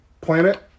planet